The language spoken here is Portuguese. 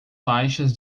faixas